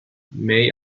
may